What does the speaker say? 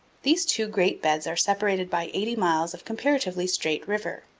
these two great beds are separated by eighty miles of comparatively straight river.